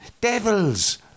devils